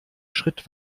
schritt